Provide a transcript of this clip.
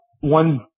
one